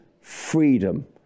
freedom